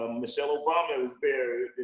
um michelle obama was there.